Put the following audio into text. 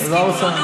הוא לא הסכים?